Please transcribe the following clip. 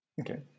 Okay